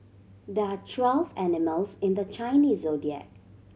there are twelve animals in the Chinese Zodiac